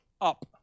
Up